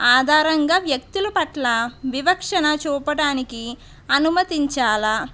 ఆధారంగా వ్యక్తులు పట్ల వివక్షన చూపడానికి అనుమతించాలా